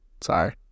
Sorry